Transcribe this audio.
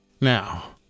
Now